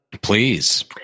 Please